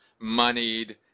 moneyed